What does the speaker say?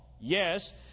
Yes